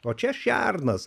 o čia šernas